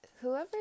whoever